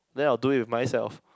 then I will do it with myself